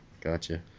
Gotcha